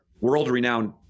world-renowned